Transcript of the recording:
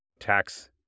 tax